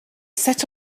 set